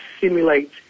simulate